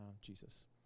Jesus